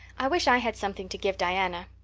i wish i had something to give diana.